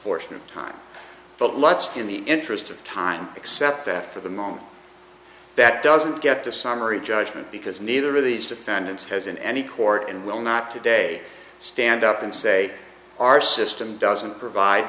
portion of time but lots in the interest of time except that for the moment that doesn't get the summary judgment because neither of these defendants has in any court and will not today stand up and say our system doesn't provide